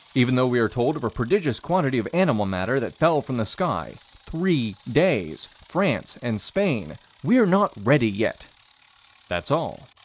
even though we are told of a prodigious quantity of animal matter that fell from the sky three days france and spain we're not ready yet that's all.